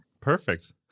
perfect